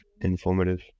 Informative